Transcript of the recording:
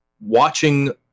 watching